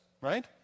right